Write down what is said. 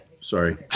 sorry